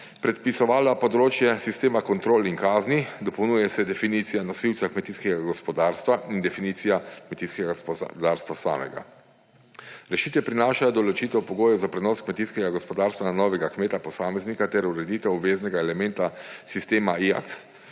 predpisovala področje sistema kontrol in kazni, dopolnjujeta se definicija nosilca kmetijskega gospodarstva in definicija kmetijskega gospodarstva samega. Rešitve prinašajo določitev pogojev za prenos kmetijskega gospodarstva na novega kmeta posameznika ter ureditev obveznega elementa sistema IAC